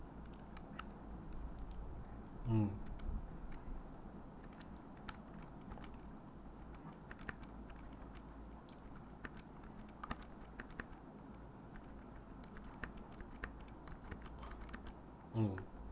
mm mm